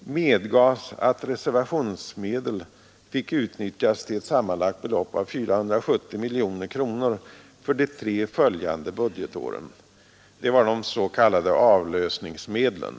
medgavs att reservationsmedel fick utnyttjas till ett sammanlagt belopp av 470 miljoner kronor för de tre följande budgetåren — detta var de s.k. avlösningsmedlen.